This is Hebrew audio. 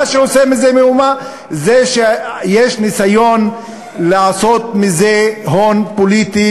מה שעושה מזה מהומה זה שיש ניסיון לעשות מזה הון פוליטי